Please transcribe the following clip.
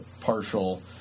partial